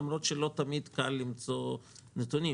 למרות שלא תמיד קל למצוא נתונים.